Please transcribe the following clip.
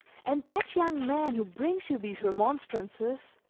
and that young man who brings you these remonstrances,